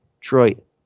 Detroit